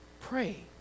pray